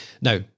Now